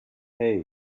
hei